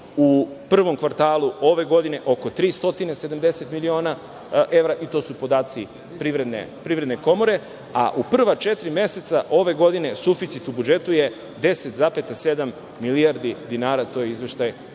u prvom kvartalu ove godine oko 370 miliona evra i to su podaci Privredne komore, a u prva četiri meseca ove godine, suficit u budžetu je 10,7 milijardi dinara. To je izveštaj